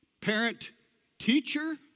parent-teacher